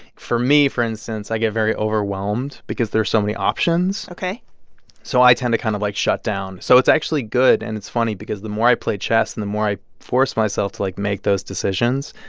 for me for instance, i get very overwhelmed because there's so many options ok so i tend to kind of, like, shut down. so it's actually good. and it's funny because the more i play chess and the more i force myself to, like, make those decisions,